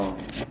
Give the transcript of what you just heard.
uh